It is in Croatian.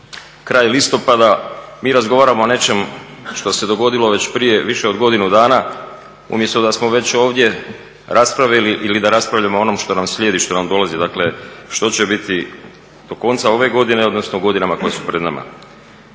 Kraj listopada mi razgovaramo o nečemu što se dogodilo već prije više od godinu dana umjesto da smo već ovdje raspravili ili da raspravljamo o onom što nam slijedi i što nam dolazi, dakle što će biti do konca ove godine, odnosno u godinama koje su pred nama.